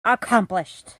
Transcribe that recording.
accomplished